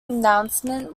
announcement